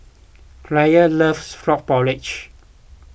Clair loves Frog Porridge